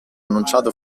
annunciate